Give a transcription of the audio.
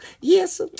yes